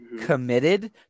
committed